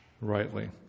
rightly